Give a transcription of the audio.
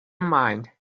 mind